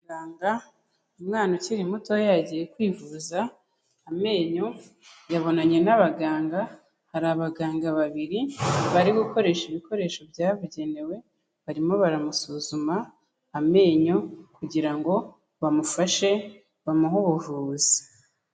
Kwa muganga umwana ukiri muto yagiye kwivuza amenyo yabonanye n'abaganga, hari abaganga babiri bari gukoresha ibikoresho byabugenewe barimo baramusuzuma amenyo, kugira ngo bamufashe bamuhe ubuvuzi.